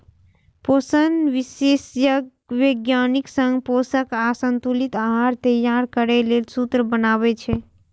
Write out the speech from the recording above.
पोषण विशेषज्ञ वैज्ञानिक संग पोषक आ संतुलित आहार तैयार करै लेल सूत्र बनाबै छै